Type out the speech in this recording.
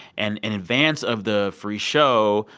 and in advance of the free show,